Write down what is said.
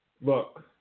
look